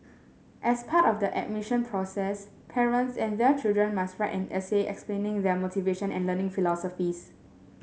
as part of the admission process parents and their children must write an essay explaining their motivation and learning philosophies